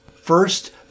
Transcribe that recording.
First